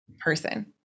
person